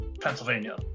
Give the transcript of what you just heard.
Pennsylvania